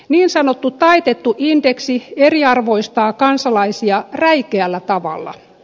niin sanottu taitettu indeksi eriarvoistaa kansalaisia räikeällä tavalla